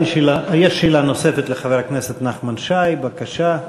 יש שאלה נוספת לחבר הכנסת נחמן שי, בבקשה.